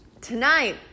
tonight